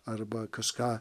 arba kažką